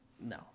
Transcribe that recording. No